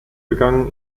begann